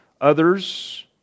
others